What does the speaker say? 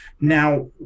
Now